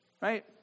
Right